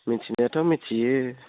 मिनथिनायाथ' मिनथियो